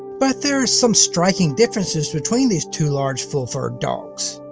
but there are some striking differences between these two large, full-furred dogs.